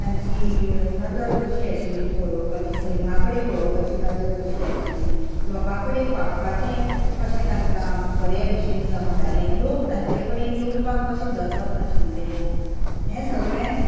तांची नदर कशीं आशिल्ली पळोवपाची सैमा कडेन पळोवपाची नदर कशीं आशिल्ली लोकां कडेन वागपाची कशें तांकां बरें भशेन जमतालें लोक तांचे कडेन येवपाक कशें दचक नाशिल्ले हें सगळें